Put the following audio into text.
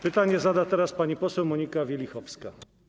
Pytanie zada pani poseł Monika Wielichowska.